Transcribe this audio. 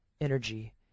energy